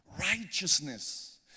Righteousness